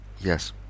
Yes